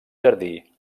jardí